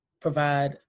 provide